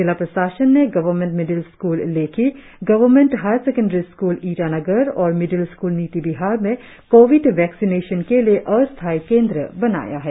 जिला प्रशासन ने government middle school Lekhi government higher secondary Itanagar और मिडिल स्कूल नितिबिहार में कोविड वैक्सीनेशन के लिए अस्थायी केंद्र बनाया है